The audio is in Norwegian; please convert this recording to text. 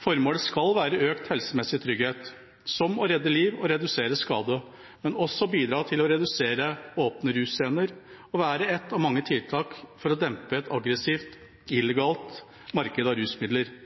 Formålet skal være økt helsemessig trygghet, som å redde liv og redusere skade, men også å bidra til å redusere åpne rus-scener og være et av mange tiltak for å dempe et aggressivt, illegalt marked av rusmidler –